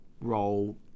role